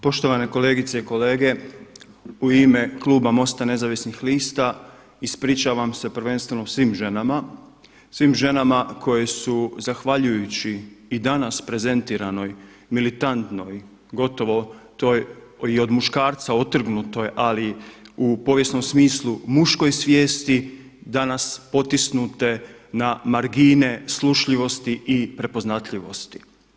Poštovane kolegice i kolege u ime kluba MOST-a Nezavisnih lista ispričavam se prvenstveno svim ženama, svim ženama koje su zahvaljujući i danas prezentiranoj militantnoj gotovo to i od muškarca otrgnutoj ali u povijesnom smislu muškoj svijesti danas potisnute na margine slušljivosti i prepoznatljivosti.